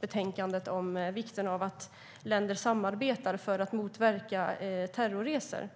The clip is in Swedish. betänkandet om vikten av att länder samarbetar för att motverka terrorresor.